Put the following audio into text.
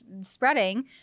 spreading